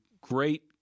great